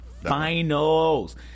Finals